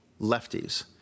lefties